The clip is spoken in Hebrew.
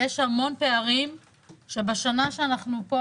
ויש המון פערים שבשנה שאנחנו פה